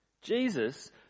Jesus